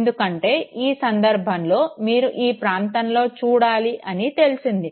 ఎందుకంటే ఈ సంధర్భంలో మీరు ఈ ప్రాంతంలో చూడాలి అని తెలిసింది